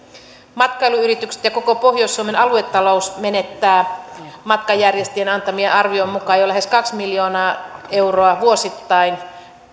matkailuyritykset ja koko pohjois suomen alueta lous menettävät matkanjärjestäjien antaman arvion mukaan jo lähes kaksi miljoonaa euroa vuosittain